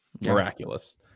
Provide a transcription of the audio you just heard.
miraculous